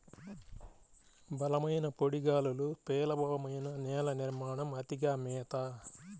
బలమైన పొడి గాలులు, పేలవమైన నేల నిర్మాణం, అతిగా మేత